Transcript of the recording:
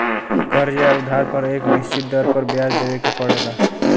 कर्ज़ या उधार पर एक निश्चित दर पर ब्याज देवे के पड़ला